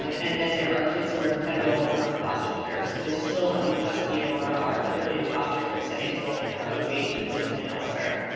um and then there are kids who are in federal um foster care. so they're still under the custody of orr, but they're in foster care settings while they kind of await placement elsewhere.